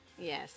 Yes